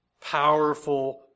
powerful